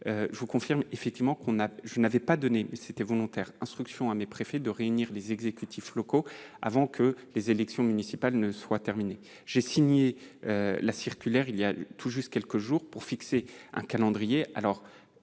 je vous confirme effectivement que je n'avais volontairement pas donné instruction aux préfets de réunir des exécutifs locaux avant que les élections municipales ne soient terminées. J'ai signé la circulaire voilà tout juste quelques jours pour fixer un calendrier